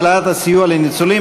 העלאת הסיוע לניצולים,